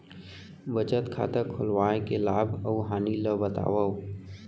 बचत खाता खोलवाय के लाभ अऊ हानि ला बतावव?